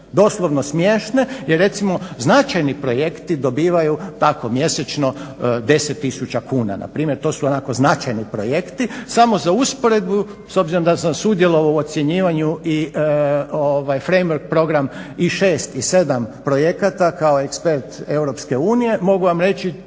doslovno smiješne. Jer recimo značajni projekti dobivaju tako mjesečno 10 tisuća kuna, npr. to su onako značajni projekti. Samo za usporedbu, s obzirom da sam sudjelovao u ocjenjivanju i freimor program, i 6 i 7 projekata. kao ekspert EU mogu vam reći